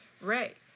Right